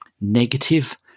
negative